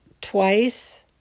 twice